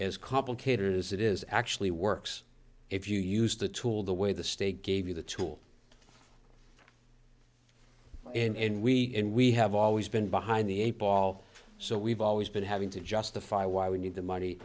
as complicated as it is actually works if you use the tool the way the state gave you the tool and we and we have always been behind the eight ball so we've always been having to justify why we need the money